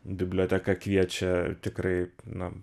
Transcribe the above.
biblioteka kviečia tikrai na